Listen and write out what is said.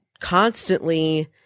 constantly